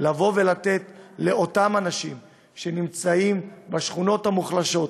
לתת לאנשים בשכונות המוחלשות,